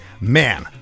man